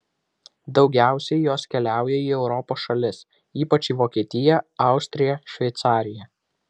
daugiausiai jos keliauja į europos šalis ypač į vokietiją austriją šveicariją